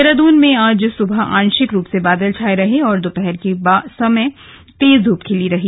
देहरादून में आज सुबह आंशिक बादल छाए रहे और दोपहर के समय तेज धूप खिली रही